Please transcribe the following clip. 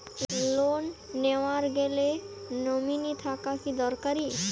Loan নেওয়ার গেলে nominee থাকা কি দরকারী?